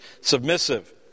submissive